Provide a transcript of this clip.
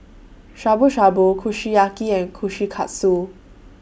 Shabu Shabu Kushiyaki and Kushikatsu